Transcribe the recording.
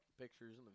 pictures